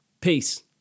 Peace